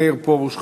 מאיר פרוש,